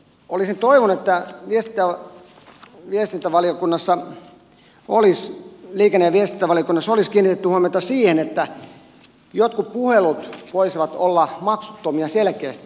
olisin toivonut että liikenne ja viestintävaliokunnassa olisi kiinnitetty huomiota siihen että jotkut puhelut voisivat olla maksuttomia selkeästi